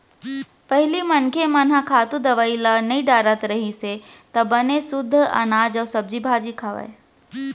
पहिली मनखे मन ह खातू, दवई नइ डारत रहिस त बने सुद्ध अनाज अउ सब्जी भाजी खावय